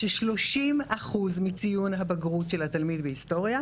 ש-30 אחוז מציון הבגרות של התלמיד בהיסטוריה,